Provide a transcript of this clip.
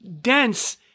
dense